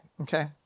Okay